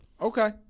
Okay